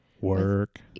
Work